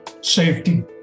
safety